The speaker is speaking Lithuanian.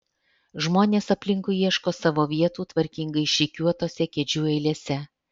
žmonės aplinkui ieško savo vietų tvarkingai išrikiuotose kėdžių eilėse